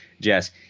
Jess